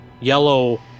yellow